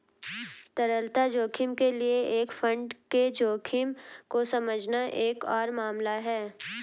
तरलता जोखिम के लिए एक फंड के जोखिम को समझना एक और मामला है